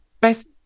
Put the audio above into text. best